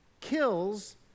kills